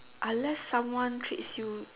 unless someone treats you